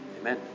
amen